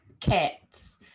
cats